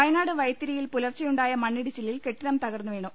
വയനാട് വൈത്തിരിയിൽ പുലർച്ചെയുണ്ടായ മണ്ണിടിച്ചിലിൽ കെട്ടിടം തകർന്നു വീണു